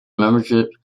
membership